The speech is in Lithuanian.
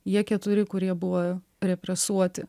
jie keturi kurie buvo represuoti